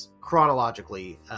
chronologically